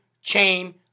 chain